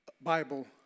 bible